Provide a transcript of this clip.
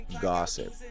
gossip